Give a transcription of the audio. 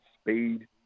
speed